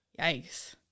Yikes